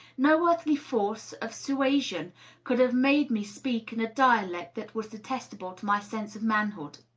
no earthly force of suasion could have made me speak in a dialect that was detestable to my sense of manhood.